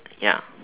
ya